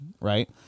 Right